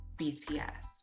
bts